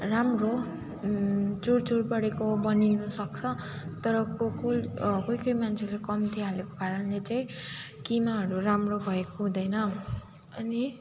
राम्रो चुरचुर परेको बनिनुसक्छ तर को कोले कोही कोही मान्छेले कम्ती हालेको कारणले चाहिँ किमाहरू राम्रो भएको हुँदैन अनि